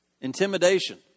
intimidation